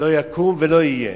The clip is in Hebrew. לא יקום ולא יהיה,